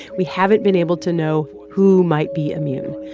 we haven't been able to know who might be immune.